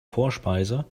vorspeise